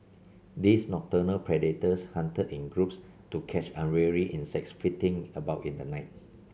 these nocturnal predators hunted in groups to catch unwary insects flitting about in the night